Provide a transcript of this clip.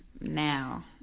now